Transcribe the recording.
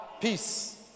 peace